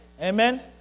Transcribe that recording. Amen